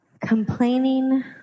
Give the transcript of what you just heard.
Complaining